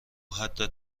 حتی